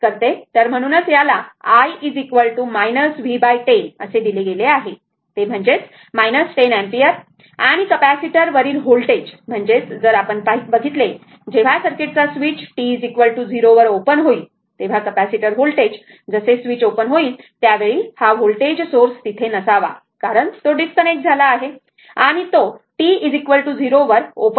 तर म्हणूनच याला i v10 दिले गेले आहे ते म्हणजे 10 अँपिअर आणि कॅपेसिटर कॅपेसिटरवरील व्होल्टेज म्हणजेच जर आपण बघितले जेव्हा सर्किटचा स्विच t 0 वर ओपन होईल कॅपेसिटर व्होल्टेज म्हणजेच जसे स्विच ओपन होईल त्यावेळी हा व्होल्टेज सोर्स तेथे नसावा कारण तो डिस्कनेक्ट झाला आहे आणि तो t 0 वर ओपन आहे